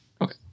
Okay